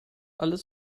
alles